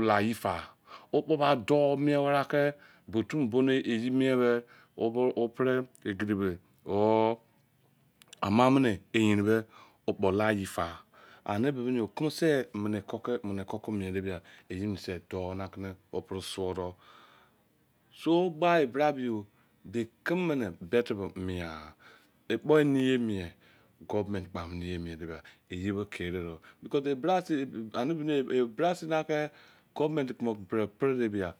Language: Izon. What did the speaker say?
la yefa o kpo by do mien were ake bo tu bonu esi me were di or pre egidibe or ama ne eyerin be okpko layefa ane be ke me se mene ko ko mien a bia ezine se do ne wo pre so do so gba e bra emi be kemi ne be te be mien ekpo eniye mien government but amene mien de ba iye bo kere ro because e bra se bra se na we government ku mu tu pre de bia